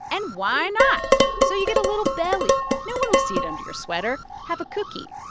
and why not? so you get a little belly. no one will see it under your sweater. have a cookie.